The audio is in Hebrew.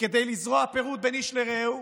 וכדי לזרוע פירוד בין איש לרעהו.